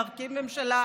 להרכיב ממשלה.